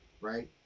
Right